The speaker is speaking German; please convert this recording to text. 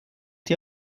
dir